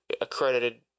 accredited